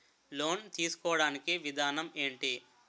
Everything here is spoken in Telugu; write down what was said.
లోన్ తీసుకోడానికి విధానం ఏంటి?